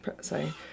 sorry